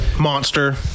Monster